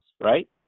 right